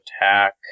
attack